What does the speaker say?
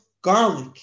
garlic